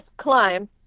climb